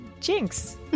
Jinx